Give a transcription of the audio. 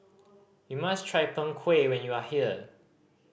you must try Png Kueh when you are here